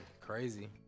crazy